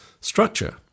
structure